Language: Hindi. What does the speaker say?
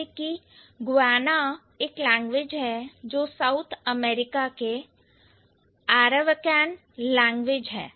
जैसे कि Guyana एक लैंग्वेज है जो साउथ अमेरिका के Arawakan लैंग्वेज है